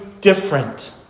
different